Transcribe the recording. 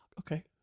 okay